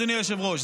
אדוני היושב-ראש,